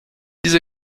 diese